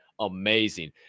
amazing